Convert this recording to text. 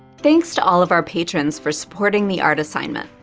thanks to all of our patrons for supporting the art assignment.